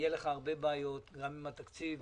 יהיו לך הרבה בעיות, גם עם התקציב